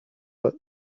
but